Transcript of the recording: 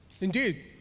Indeed